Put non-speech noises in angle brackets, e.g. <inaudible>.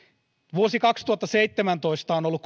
vuosi kaksituhattaseitsemäntoista on ollut <unintelligible>